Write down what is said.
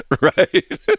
right